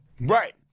Right